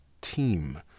team